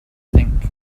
think